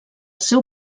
seu